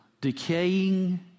decaying